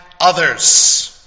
others